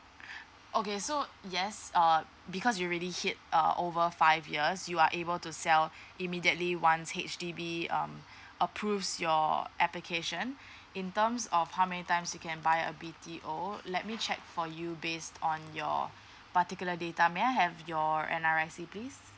okay so yes uh because you already hit uh over five years you are able to sell immediately one H_D_B um approves your application in terms of how many times you can buy a B_T_O let me check for you based on your particular data may I have your N_R_I_C please